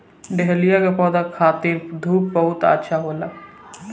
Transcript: dahlia के पौधा खातिर धूप बहुत अच्छा होला